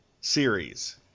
series